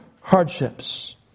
hardships